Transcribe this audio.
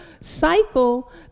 cycle